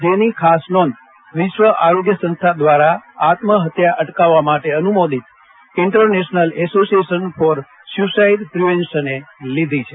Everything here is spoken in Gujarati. જેની ખાસ નોંધ વિશ્વ આરોગ્ય સંસ્થા દ્વારા આત્મહત્યા અટકાવવા માટે અનુમોદિત ઈન્ટરનેશનલ એસોસિયેશન ફોર સ્યુસાઈડ પ્રિવેન્શને લીધી છે